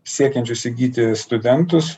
siekiančius įgyti studentus